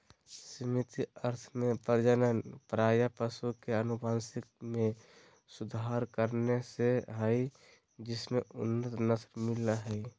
सीमित अर्थ में प्रजनन प्रायः पशु के अनुवांशिक मे सुधार करने से हई जिससे उन्नत नस्ल मिल हई